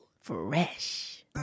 Fresh